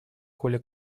коля